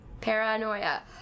Paranoia